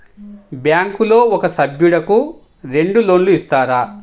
బ్యాంకులో ఒక సభ్యుడకు రెండు లోన్లు ఇస్తారా?